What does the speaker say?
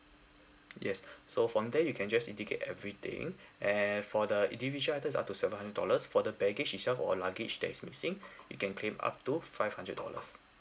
yes so from there you can just indicate everything and for the individual item is up to seven hundred dollars for the baggage itself or a luggage that is missing you can claim up to five hundred dollars